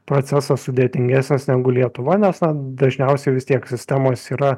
procesas sudėtingesnis negu lietuvoj nes dažniausiai vis tiek sistemos yra